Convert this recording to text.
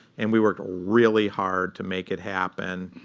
and we worked really hard to make it happen.